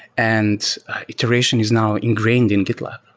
and iteration is now ingrained in gitlab